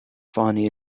funny